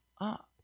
up